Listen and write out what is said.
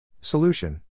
Solution